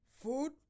food